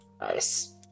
Nice